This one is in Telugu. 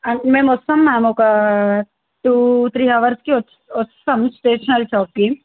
అది మేము వస్తాం మ్యామ్ ఒక టూ త్రీ అవర్స్కి వస్ వస్తాం స్టేషనరీ షాప్కి